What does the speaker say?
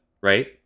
Right